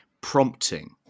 prompting